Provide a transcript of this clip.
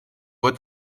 wird